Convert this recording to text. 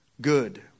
good